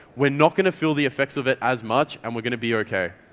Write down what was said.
we're not gonna feel the effects of it as much and we're gonna be okay.